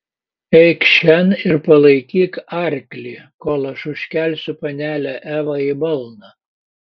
eikš šen ir palaikyk arklį kol aš užkelsiu panelę evą į balną